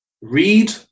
read